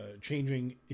changing